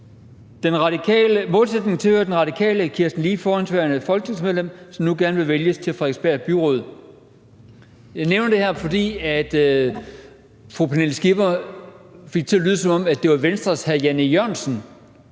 »Målsætningen tilhører De Radikales Kirsten Lee, fhv. folketingsmedlem, som nu vil vælges til byrådet i Frederiksberg«. Jeg nævner det her, fordi fru Pernille Skipper fik det til at lyde, som om det var Venstres hr. Jan E. Jørgensen,